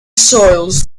soils